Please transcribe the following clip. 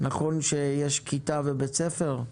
נכון שיש כיתה ובית ספר,